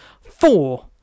Four